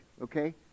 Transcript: okay